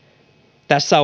tässä